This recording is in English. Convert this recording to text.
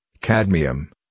cadmium